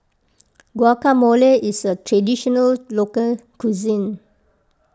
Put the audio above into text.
Guacamole is a Traditional Local Cuisine